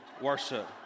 worship